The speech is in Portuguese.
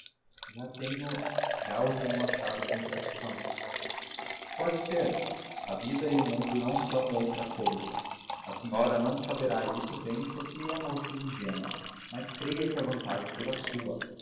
eu penso já o tenho achado em contradição pode ser a vida e o mundo não são outra cousa a senhora não saberá isto bem porque é moça e ingênua mas creia que a vantagem é toda sua